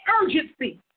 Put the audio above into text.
urgency